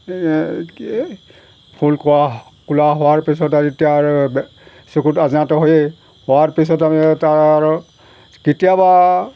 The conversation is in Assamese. কি ফুল কোৱা কোলা হোৱাৰ পিছত আৰু এতিয়া আৰু চকুত আজিনাটো হয়েই হোৱাৰ পিছত আমি তাৰ কেতিয়াবা